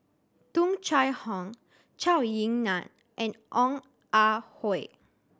Tung Chye Hong Zhou Ying Nan and Ong Ah Hoi